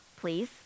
please